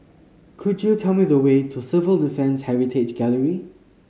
could you tell me the way to Civil Defence Heritage Gallery